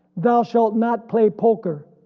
thou shalt not play poker,